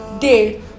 day